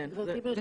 גברתי, ברשותך,